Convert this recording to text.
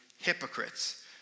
hypocrites